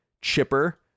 chipper